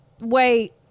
Wait